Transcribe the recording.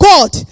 God